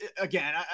again